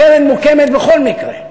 הקרן מוקמת בכל מקרה,